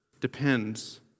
depends